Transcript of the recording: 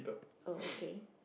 oh okay